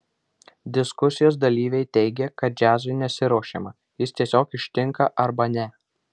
diskusijos dalyviai teigė kad džiazui nesiruošiama jis tiesiog ištinka arba ne